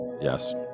Yes